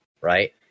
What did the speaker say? right